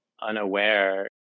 unaware